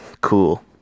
cool